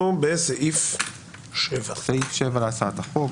אם כן, אנחנו בסעיף 7. בסעיף 7 להצעת החוק.